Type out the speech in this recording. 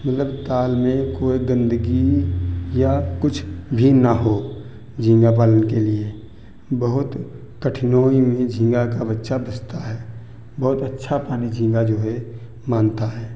मतलब ताल में कोई गंदगी या कुछ भी ना हो झींगा पालन के लिए बहुत कठिनाेई में झींगा का बच्चा बचता है बहुत अच्छा पानी झींगा जो है माँगता है